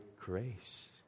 grace